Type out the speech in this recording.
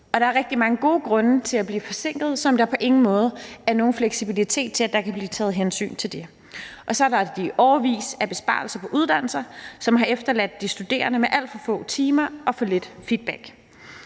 rigtig mange gode grunde til at blive forsinket, hvilket der på ingen måde er nogen fleksibilitet til at der kan blive taget hensyn til. Der er de årelange besparelser på uddannelser, som har efterladt de studerende med alt for få timer og for lidt feedback.